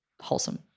wholesome